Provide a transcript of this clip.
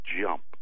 jump